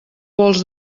pols